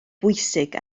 bwysig